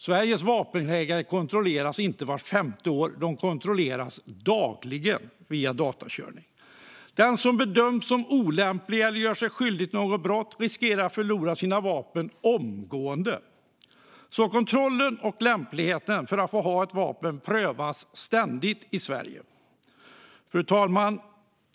Sveriges vapenägare kontrolleras inte vart femte år, utan de kontrolleras dagligen via datakörning. Den som bedöms som olämplig eller gör sig skyldig till något brott riskerar att förlora sina vapen omgående. Lämpligheten för att få ha ett vapen prövas alltså ständigt i Sverige. Fru talman!